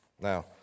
Now